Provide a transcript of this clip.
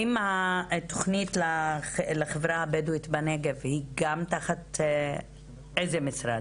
האם התוכנית לחברה הבדואית בנגב היא גם תחת איזה משרד?